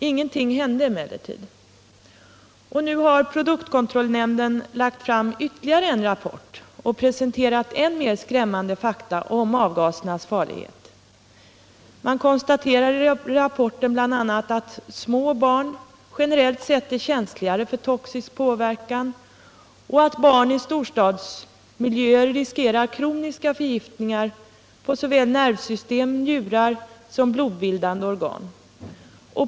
Ingenting hände emellertid. 49 att minska blyhalten i bensin Nu har produktkontrollnämnden lagt fram ytterligare en rapport och presenterat än mer skrämmande fakta om avgasernas farlighet. Man konstaterar i rapporten bl.a. att små barn generellt sett är känsligare för toxisk påverkan och att barn i storstadsmiljöer riskerar kroniska förgiftningar på såväl nervsystem som njurar och blodbildande organ.